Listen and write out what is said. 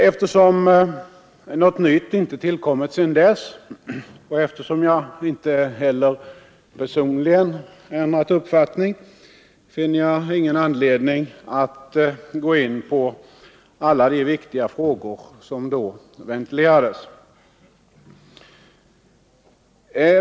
Eftersom något nytt inte tillkommit sedan dess och eftersom jag inte heller personligen ändrat uppfattning finner jag ingen anledning att gå in på alla de viktiga frågor som då ventilerades.